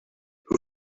who